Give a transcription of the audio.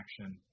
Action